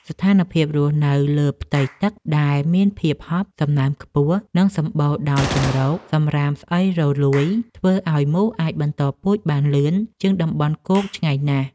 ស្ថានភាពរស់នៅលើផ្ទៃទឹកដែលមានភាពហប់ សំណើមខ្ពស់ និងសម្បូរដោយជម្រកសម្រាមស្អុយរលួយ ធ្វើឱ្យមូសអាចបន្តពូជបានលឿនជាងតំបន់គោកឆ្ងាយណាស់។